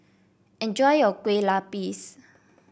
enjoy your Kueh Lupis